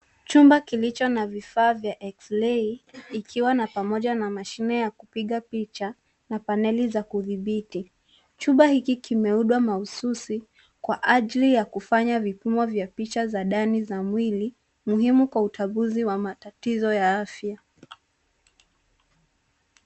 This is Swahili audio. Chumba kilicho na vifaa vya eksirei kikiwa na pamoja na mashine na kupiga picha na paneli za kudhibiti. Chumba hiki kimeundwa mahususi kwa ajili ya kufanya vipimo vya picha za ndani za mwili muhimu kwa utambuzi wa matatizo ya afya.